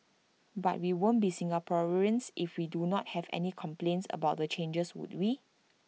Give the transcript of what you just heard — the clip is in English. but we won't be Singaporeans if we don't have anyone complaining about the changes would we